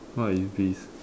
what is beef